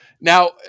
Now